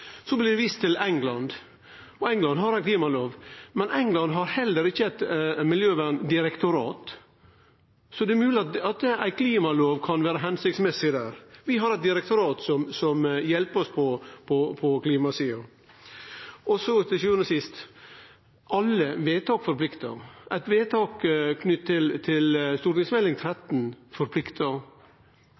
Så blir det vist til England, og England har ei klimalov. Men England har heller ikkje eit miljødirektorat, så det er mogleg at ei klimalov kan vere hensiktsmessig der. Vi har eit direktorat som hjelper oss på klimasida. Og så, til sjuande og sist: Alle vedtak forpliktar. Eit vedtak knytt til Meld. St. 13 for 2014–2015 forpliktar,